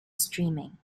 streaming